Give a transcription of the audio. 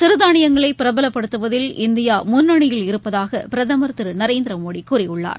சிறு தானியங்களை பிரபலப்படுத்துவதில் இந்தியா முன்னணியில் இருப்பதாக பிரதமர் திரு நரேந்திர மோடி கூறியுள்ளார்